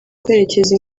kwerekeza